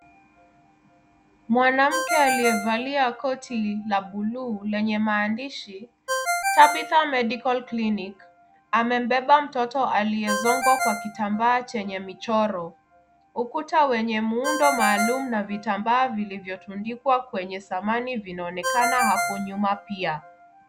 Mwanamke aliyevalia koti la bluu lenye maandishi, Tabitha Medical Clinic, amebeba mtoto aliyezongwa kwa kitambaa chenye michoro, ukuta wenye muundo maalum na vitambaa vilivyotundikwa kwenye samani vinaonekana hapo nyuma pia.